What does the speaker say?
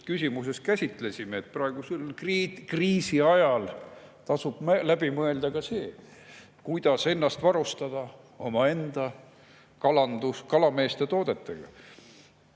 küsimuses käsitlesime. Praegusel kriisiajal tasub läbi mõelda ka see, kuidas ennast varustada omaenda kalameeste toodetega.